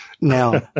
Now